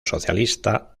socialista